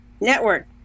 Network